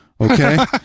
okay